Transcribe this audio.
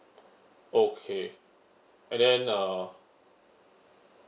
okay and then uh